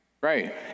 Right